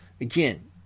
Again